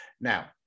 Now